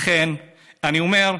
לכן, אני אומר,